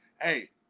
Hey